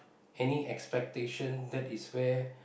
any expectation that is where